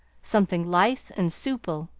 something lithe and supple,